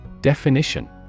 Definition